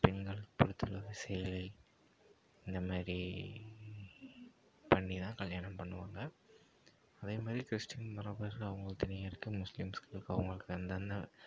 பெண்கள் பொருத்தளவு சேலை இந்தமாரி பண்ணிதான் கல்யாணம் பண்ணுவாங்க அதே மாதிரி கிறிஸ்டின் முற அவங்களுக்கு தனியாக இருக்கு முஸ்லிம்ஸ்க்கு அவங்களுக்கு அந்தந்த